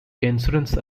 insurance